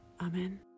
Amen